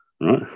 right